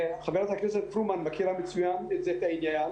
וחברת הכנסת פרומן מכירה מצוין את העניין